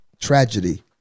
tragedy